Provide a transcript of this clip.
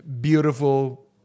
beautiful